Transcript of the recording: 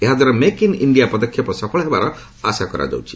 ଏହାଦ୍ୱାରା make in India ପଦକ୍ଷେପ ସଫଳ ହେବାର ଆଶା କରାଯାଉଛି